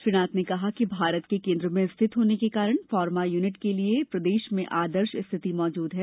श्री नाथ ने कहा कि भारत के केन्द्र में स्थित होने के कारण फार्मा यूनिट के लिए प्रदेश में आदर्श स्थिति मौजूद है